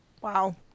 Wow